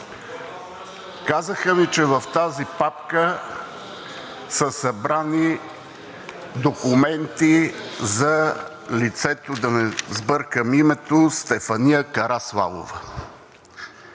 Казаха ми, че в тази папка са събрани документи за лицето – да не сбъркам името, Стефания Караславова.